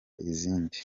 izindi